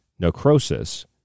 necrosis